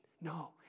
No